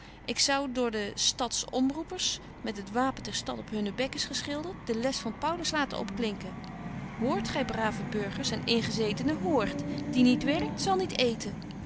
ik zou door de stads omroepers met het wapen der stad op hunne bekkens geschildert de les van paulus laten opklinken hoort gy brave burgers en ingezetenen hoort die niet werkt zal niet eeten